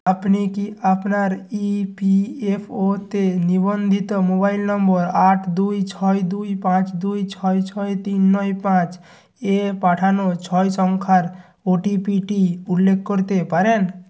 আপনি কি আপনার ইপিএফওতে নিবন্ধিত মোবাইল নম্বর আট দুই ছয় দুই পাঁচ দুই ছয় ছয় তিন নয় পাঁচ এ পাঠানো ছয় সংখ্যার ওটিপিটি উল্লেখ করতে পারেন